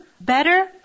better